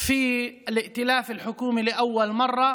ברשימה הערבית המאוחדת,